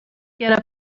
get